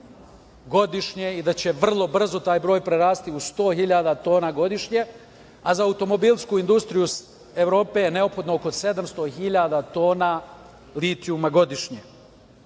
godišnje, da će vrlo brzo taj broj prerasti u 100 tona hiljada godišnje, a za automobilsku industriju Evrope je neophodno oko 700 hiljada tona litijuma godišnje.